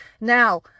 now